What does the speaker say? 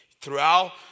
Throughout